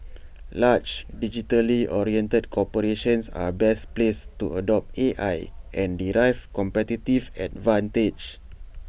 large digitally oriented corporations are best placed to adopt A I and derive competitive advantage